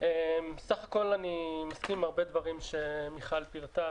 בסך הכול אני מסכים עם הרבה דברים שמיכל הלפרין פירטה.